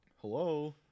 Hello